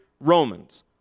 Romans